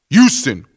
Houston